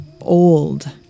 old